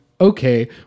okay